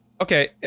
okay